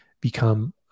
become